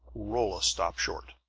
rolla stopped short.